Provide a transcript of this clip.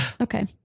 Okay